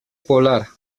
polar